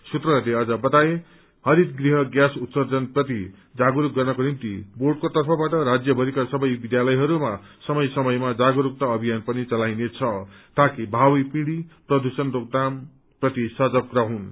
सूत्रहरूले अझ बताए हरित गृह ग्यास उत्सर्जनप्रति जागरूक गर्नको निम्ति बोर्डको तर्फबाट राज्यभरिका सबै विध्यालयहरूमा समय समयमा जागरूकता अभियान पनि चलाइनेछ ताकि भावी पिढ़ी प्रदूषण रोकथाम प्रति सजग रहून्